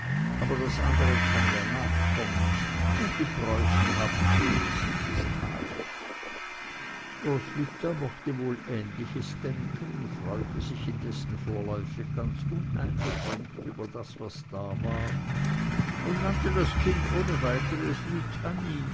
aber das andere kann ja nachkommen und die preußen haben viele siegestage roswitha mochte wohl ähnliches denken freute sich indessen vorläufig ganz uneingeschränkt über das was da war und nannte das kind ohne weiteres